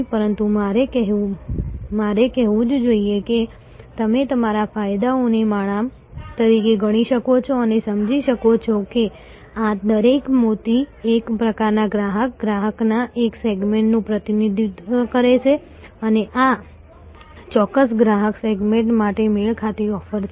પરંતુ મારે કહેવું જ જોઇએ કે તમે તમારા ફાયદાઓને માળા તરીકે ગણી શકો અને સમજી શકો કે આ દરેક મોતી એક પ્રકારના ગ્રાહક ગ્રાહકના એક સેગમેન્ટનું પ્રતિનિધિત્વ કરે છે અને આ ચોક્કસ ગ્રાહક સેગમેન્ટ માટે મેળ ખાતી ઓફર છે